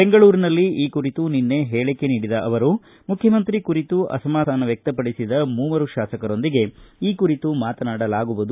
ಬೆಂಗಳೂರಿನಲ್ಲಿ ಈ ಕುರಿತು ನಿನ್ನೆ ಹೇಳಿಕೆ ನೀಡಿದ ಅವರು ಮುಖ್ಯಮಂತ್ರಿ ಕುರಿತು ಅಸಮಾಧಾನ ವ್ಯಕ್ತಪಡಿಸಿದ ಮೂವರು ಶಾಸಕರೊಂದಿಗೆ ಈ ಕುರಿತು ಮಾತನಾಡಲಾಗುವುದು